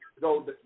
go